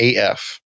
AF